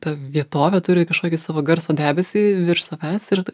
ta vietovė turi kažkokį savo garso debesį virš savęs ir